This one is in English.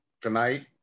tonight